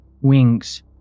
wings